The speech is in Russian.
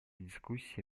дискуссия